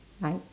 like